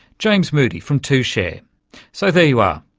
james moody from tushare. so there you are,